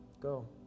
Go